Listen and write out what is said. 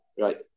Right